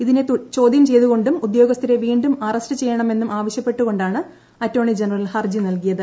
ഇതിനെ ചോദ്യം ചെയ്തുകൊണ്ടും ഉദ്യോഗസ്ഥരെ വീണ്ടും അറസ്റ്റ് ചെയ്യണമെന്നും ആവശ്യപ്പെട്ടുകൊണ്ടാണ് അറ്റോർണി ജനറൽ ഹർജി നൽകിയത്